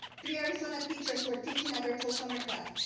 three arizona teachers who were teaching a virtual summer class,